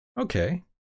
Okay